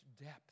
depth